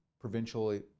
provincially